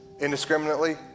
indiscriminately